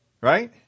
Right